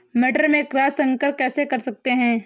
मटर में क्रॉस संकर कैसे कर सकते हैं?